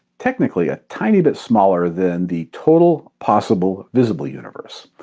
technically, a tiny bit smaller than the total possible visible universe.